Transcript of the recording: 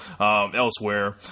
elsewhere